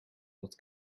dat